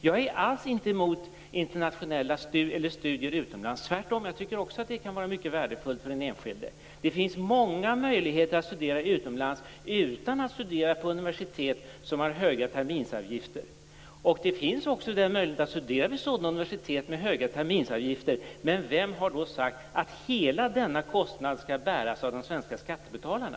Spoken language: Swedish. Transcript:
Jag är alls inte emot studier utomlands - tvärtom tycker också jag att det kan vara mycket värdefullt för den enskilde. Det finns många möjligheter att studera utomlands utan att göra det på universitet som har höga terminsavgifter. Det finns möjlighet att studera också vid sådana universitet - men vem har sagt att hela denna kostnad skall bäras av de svenska skattebetalarna?